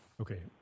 Okay